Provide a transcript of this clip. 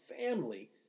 family